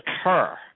occur